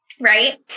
Right